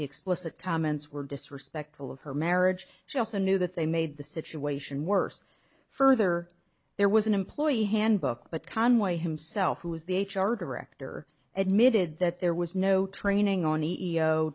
explicit comments were disrespectful of her marriage she also knew that they made the situation worse further there was an employee handbook but conway himself who is the h r director admitted that there was no training on e e